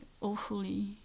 awfully